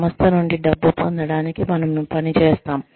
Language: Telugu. సంస్థ నుండి డబ్బు పొందడానికి మనము పని చేస్తాము